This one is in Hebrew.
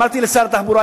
אמרתי לשר התחבורה,